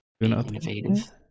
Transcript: innovative